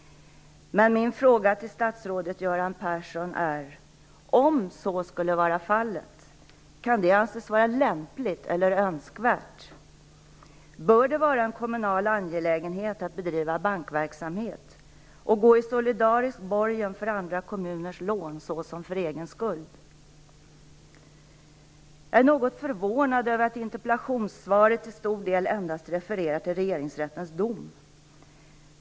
Men min fråga till statsrådet Göran Persson är: Om så skulle vara fallet, kan det anses vara lämpligt eller önskvärt? Bör det vara en kommunal angelägenhet att bedriva bankverksamhet och gå i solidarisk borgen för andra kommuners lån såsom för egen skuld? Jag är något förvånad över att interpellationssvaret till stor del endast refererar till Regeringsrättens dom.